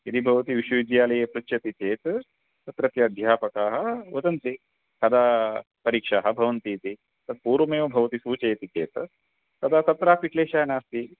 यदि भवति विश्वविद्यालये पृच्छति चेत् तत्रत्य अध्यापकाः वदन्ति कदा परीक्षाः भवन्ति इति तत् पूर्वमेव भवति सूचयति चेत् तदा तत्रापि क्लेशः नास्ति